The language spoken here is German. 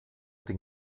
den